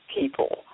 people